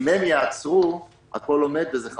אם הם יעצרו אז הכול עומד, וזה חבל.